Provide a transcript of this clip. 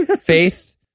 Faith